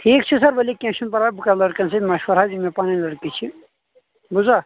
ٹھیٖک چھُ سَر ؤلِو کینٛہہ چھُنہٕ پَرواے بہٕ کَرٕ لٔڑکَن سۭتۍ مَشوَرٕ حظ یِم مےٚ پَنٕنۍ لٔڑکہٕ چھِ بوٗزوا